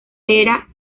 eran